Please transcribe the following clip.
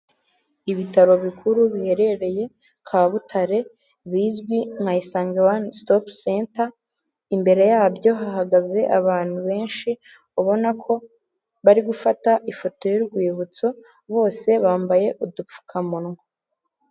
Ibitaro bikuru biherereye kabutare, bizwi nka isangage wani sitopu senta, imbere yabyo hahagaze abantu benshi, ubona ko bari gufata ifoto y'urwibutso bose bambaye udupfukamunwa.